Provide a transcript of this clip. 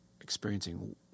experiencing